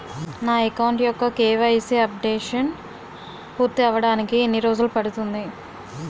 నా అకౌంట్ యెక్క KYC updation పూర్తి అవ్వడానికి ఎన్ని రోజులు పడుతుంది?